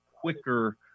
quicker